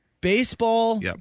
Baseball